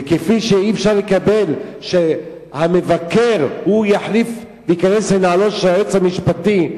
כפי שאי-אפשר לקבל שהמבקר יחליף וייכנס לנעלו של היועץ המשפטי,